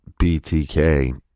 BTK